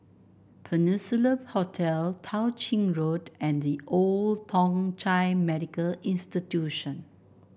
Peninsula Hotel Tao Ching Road and The Old Thong Chai Medical Institution